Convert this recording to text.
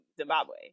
Zimbabwe